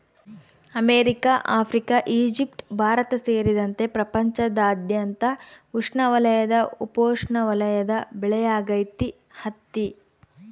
America Africa Egypt Bharat ಸೇರಿದಂತೆ ಪ್ರಪಂಚದಾದ್ಯಂತ ಉಷ್ಣವಲಯದ ಉಪೋಷ್ಣವಲಯದ ಬೆಳೆಯಾಗೈತಿ ಹತ್ತಿ